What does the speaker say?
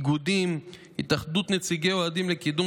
באיגודים ובהתאחדות נציגי אוהדים לקידום